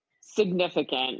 significant